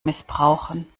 missbrauchen